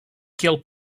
kiel